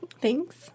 Thanks